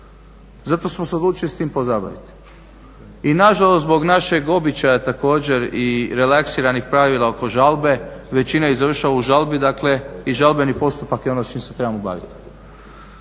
Zato smo se odlučili s time pozabavit. I nažalost, zbog našeg običaja također i relaksiranih pravila oko žalbe većina ih završava u žalbi, dakle i žalbeni postupak je ono s čime se trebamo bavit.